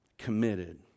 committed